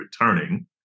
returning